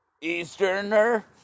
Easterner